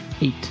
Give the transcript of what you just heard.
Eight